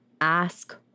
Ask